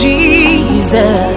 Jesus